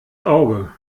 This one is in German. auge